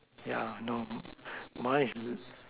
yeah no mine is this